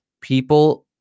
people